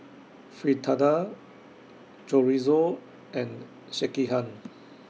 Fritada Chorizo and Sekihan